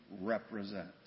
represent